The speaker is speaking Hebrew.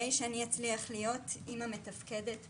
אי אפשר להטיל את זה רק על בתי החולים.